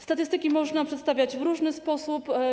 Statystyki można przedstawiać w różny sposób.